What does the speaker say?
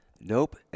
Nope